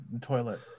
toilet